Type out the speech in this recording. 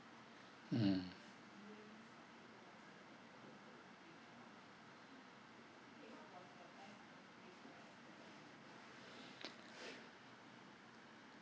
mm